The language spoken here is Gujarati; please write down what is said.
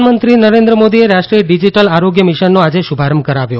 પ્રધાનમંત્રી નરેન્દ્ર મોદીએ રાષ્ટ્રીય ડીજીટલ આરોગ્ય મિશનનો આજે શુભારંભ કરાવ્યો